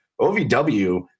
OVW